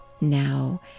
Now